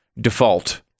default